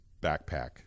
backpack